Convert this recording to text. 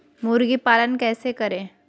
मुर्गी पालन कैसे करें?